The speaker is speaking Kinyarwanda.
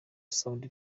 sound